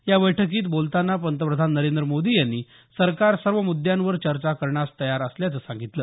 या बैठकीत बोलतांना पंतप्रधान नरेंद्र मोदी यांनी सरकार सर्व मुद्यांवर चर्चा करण्यास तयार असल्याचं सांगितलं